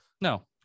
No